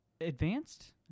Advanced